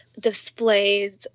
displays